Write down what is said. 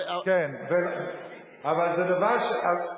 לא לא, כן, אבל זה דבר, והרגתי.